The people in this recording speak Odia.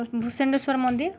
ଭୂଷେଣ୍ଡେଶ୍ଵର ମନ୍ଦିର